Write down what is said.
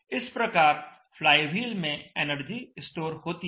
इस प्रकार फ्लाईव्हील में एनर्जी स्टोर होती है